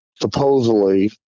supposedly